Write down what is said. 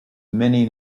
many